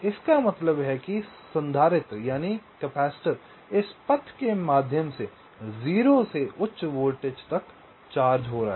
इसका मतलब है कि संधारित्र इस पथ के माध्यम से 0 से उच्च वोल्टेज तक चार्ज हो रहा है